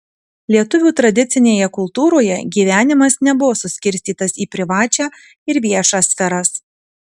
lietuvių tradicinėje kultūroje gyvenimas nebuvo suskirstytas į privačią ir viešą sferas